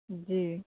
جی